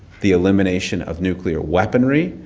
the elimination of nuclear weaponry.